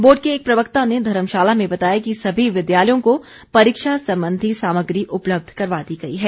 board के एक प्रवक्ता ने धर्मशाला में बताया कि सभी विद्यालयों को परीक्षा संबंधी सामग्री उपलब्ध करवा दी गई है